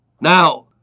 Now